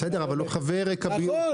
בסדר, אבל הוא חבר ממשלה.